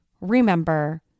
remember